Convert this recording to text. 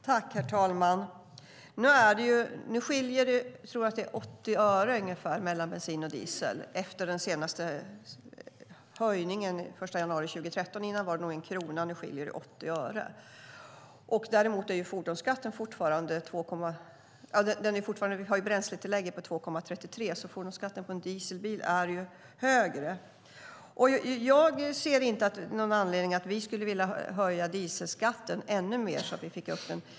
Herr talman! Jag tror att det är ungefär 80 öre som det skiljer mellan bensin och diesel, efter den senaste höjningen den 1 januari 2013. Innan var det nog 1 krona, och nu skiljer det 80 öre. Sedan har vi ett bränsletillägg på 2:33 kronor, så fordonsskatten på en dieselbil är högre. Jag ser inte någon anledning att höja dieselskatten ännu mer.